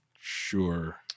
sure